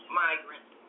migrants